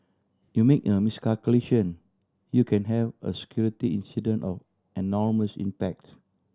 you make a miscalculation you can have a security incident of enormous impacts